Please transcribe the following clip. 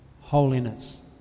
holiness